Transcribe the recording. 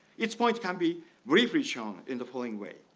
its points can be briefly shown in the following way.